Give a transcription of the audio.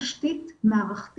נכון, הצענו לתכלל את המענה הזה.